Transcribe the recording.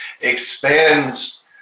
expands